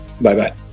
Bye-bye